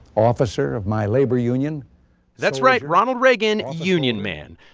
officer of my labor union that's right ronald reagan, and union man.